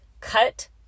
cut